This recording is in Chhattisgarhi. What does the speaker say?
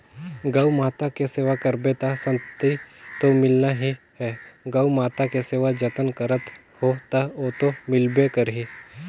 गउ माता के सेवा करबे त सांति तो मिलना ही है, गउ माता के सेवा जतन करत हो त ओतो मिलबे करही